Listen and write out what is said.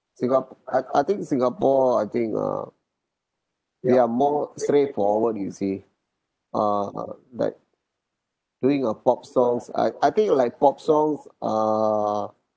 singa~ I I think singapore I think uh they are more straightforward you see uh like doing a pop songs I I think like pop songs err